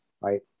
right